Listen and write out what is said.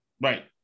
Right